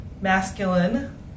masculine